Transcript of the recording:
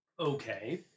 Okay